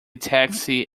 taxi